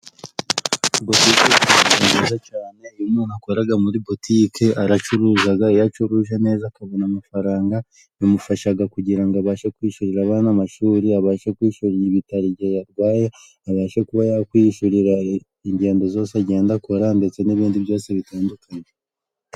Butike ni ikintu kiza cyane, iyo umuntu akora muri butike aracuruza, iyo acuruje neza akabona amafaranga bimufasha kugira ngo abashe kwishyurira abana amashuri, abashe kwishyura ibitaro igihe yarwaye abashe kuba yakwiyishyurira ingendo zose agenda akora, ndetse n'ibindi byose bitandukanye.